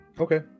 Okay